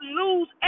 lose